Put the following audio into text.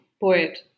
poet